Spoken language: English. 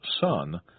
son